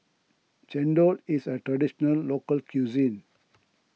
Chendol is a Traditional Local Cuisine